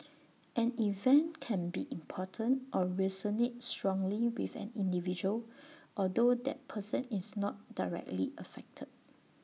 an event can be important or resonate strongly with an individual although that person is not directly affected